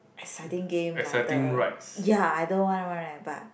exciting game like the ya either one one right but